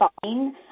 fine